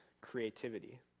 creativity